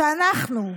שאנחנו,